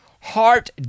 heart